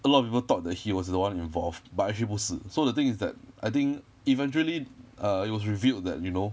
a lot of people thought that he was the one involved but actually 不是 so the thing is that I think eventually uh it was revealed that you know